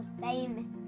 famous